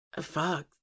fuck